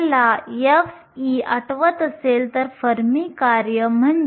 मी हे Nc Nvexp⁡kT असे बदलू शकतो